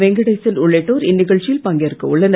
வெங்கடேசன் உள்ளிட்டோர் இந்நிகழ்ச்சியில் பங்கேற்க உள்ளனர்